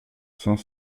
cinq